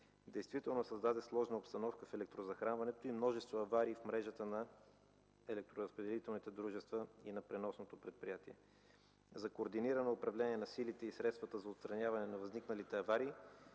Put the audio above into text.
действително създаде сложна обстановка в електрозахранването и множество аварии в мрежата на електроразпределителните дружества и на преносното предприятие. За координирано управление на силите и средствата за отстраняване на възникналите аварии